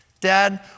Dad